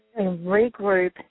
regroup